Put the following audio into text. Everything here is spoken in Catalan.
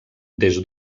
des